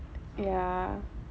ya